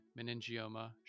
meningioma